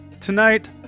Tonight